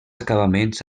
acabaments